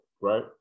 right